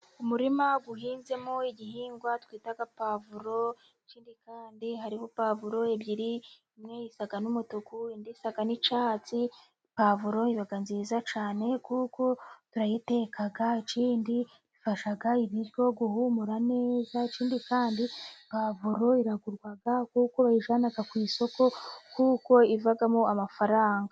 Umurima uhinzemo igihingwa twita pavuro, ikindi kandi hariho pavuro ebyiri imwe isa n'umutuku, indi isa n'icyatsi , pavuro iba nziza cyane kuko turayiteka ikindi ifasha ibiryo guhumura neza, ikindi kandi pavuro iragurwa kuko uyijyana ku isoko, kuko ivamo amafaranga.